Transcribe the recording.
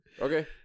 Okay